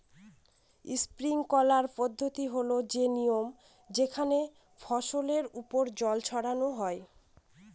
sprinkler পদ্ধতি হল সে নিয়ম যেখানে ফসলের ওপর জল ছড়ানো হয়